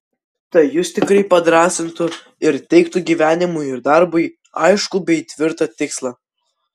tai jus tikrai padrąsintų ir teiktų gyvenimui ir darbui aiškų bei tvirtą tikslą